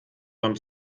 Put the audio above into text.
beim